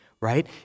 right